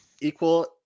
equal